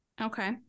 Okay